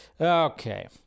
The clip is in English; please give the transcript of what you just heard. okay